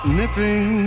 nipping